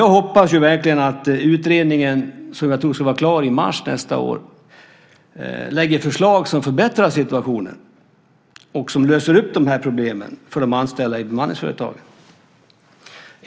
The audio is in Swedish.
Jag hoppas verkligen att utredningen, som jag tror ska vara klar i mars nästa år, lägger fram förslag som förbättrar situationen och löser de här problemen för de anställda i bemanningsföretag.